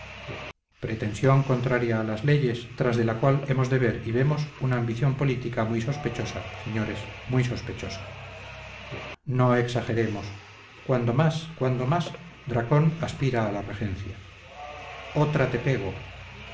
pretensión contraria a las leyes tras de la cual hemos de ver y vemos una ambición política muy sospechosa señores muy sospechosa no exageremos cuando más cuando más dracón aspira a la regencia otra te pego